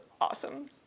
awesome